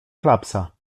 klapsa